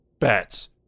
bats